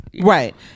Right